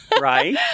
Right